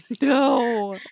no